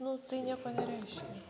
nu tai nieko nereiškia